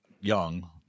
young